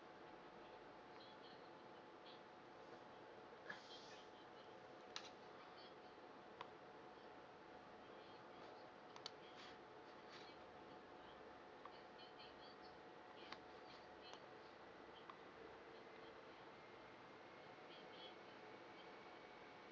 okay